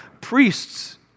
priests